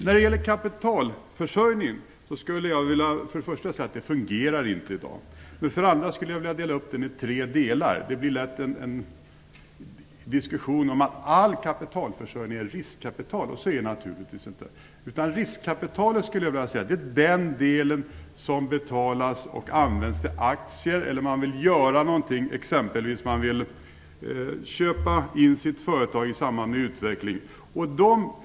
När det gäller kapitalförsörjningen vill jag för det första säga att den inte fungerar i dag. För det andra vill jag dela upp den i tre delar. Det blir lätt en diskussion om att all kapitalförsörjning är riskkapital, men så är det naturligtvis inte. Riskkapitalet är den del som används till aktier eller om man exempelvis vill köpa in sitt företag i samband med utveckling.